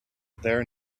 there